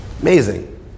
Amazing